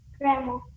grandma